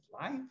life